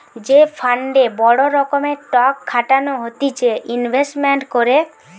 যে ফান্ডে বড় রকমের টক খাটানো হতিছে ইনভেস্টমেন্ট করে